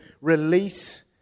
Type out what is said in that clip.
Release